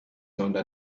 under